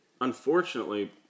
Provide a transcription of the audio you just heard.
unfortunately